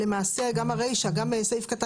8 בשר טחון מטובל, לא מטובל.